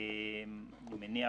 אני מניח